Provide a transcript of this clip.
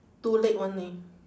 two leg [one] eh